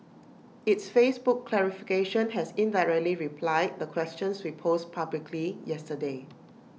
its Facebook clarification has indirectly replied the questions we posed publicly yesterday